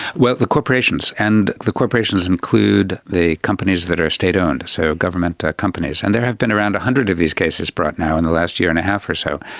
well, the corporations, and the corporations include the companies that are state owned. so government companies, and there have been around one hundred of these cases brought now in the last year and a half or so.